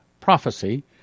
prophecy